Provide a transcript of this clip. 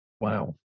Wow